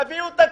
תביאו תקציב.